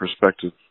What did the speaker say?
perspective